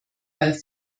bei